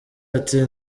ati